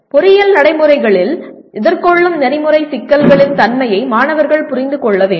பொறியியல் நடைமுறைகளில் எதிர்கொள்ளும் நெறிமுறை சிக்கல்களின் தன்மையை மாணவர்கள் புரிந்து கொள்ள வேண்டும்